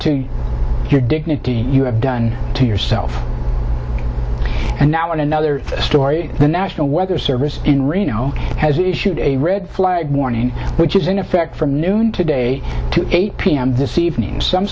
to your dignity you have done to yourself and now in another story the national weather service in reno has issued a red flag warning which is in effect from noon today to eight p m this evening some